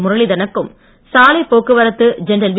முரளிதரனுக்கும் சாலை போக்குவரத்து general we